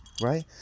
Right